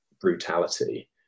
brutality